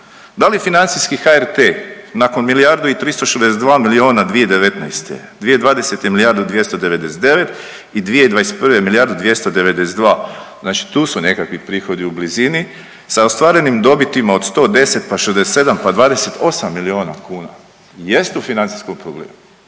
2020. milijardu 299 i 2021. milijardu 292 znači tu su nekakvi prihodi u blizini sa ostvarenim dobitima od 110 pa 67 pa 28 milijuna kuna jest u financijskom problemu?